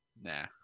nah